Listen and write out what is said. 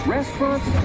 Restaurants